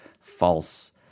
false